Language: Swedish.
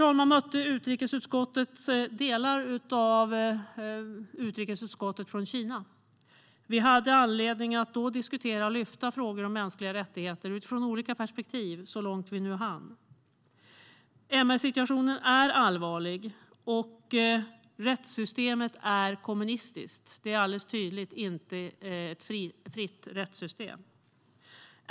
I dag mötte utrikesutskottet delar av utrikesutskottet från Kina. Vi hade anledning att då diskutera och lyfta fram frågor om mänskliga rättigheter utifrån olika perspektiv, så långt vi nu hann. MR-situationen är allvarlig, och rättssystemet är kommunistiskt. Det är alldeles tydligt inte ett fritt rättssystem.